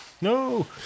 no